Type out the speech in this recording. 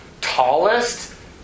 Tallest